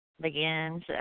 begins